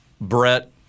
Brett